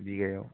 बिघायाव